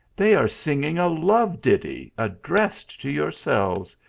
they are singing a love ditty addressed to yourselves,